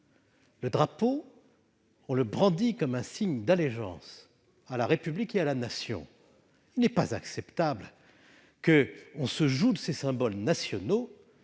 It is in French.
Le drapeau, on le brandit comme un signe d'allégeance à la République et à la Nation. Il n'est pas acceptable que l'on se joue avec légèreté de ces symboles nationaux,